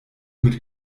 mit